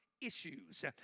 Issues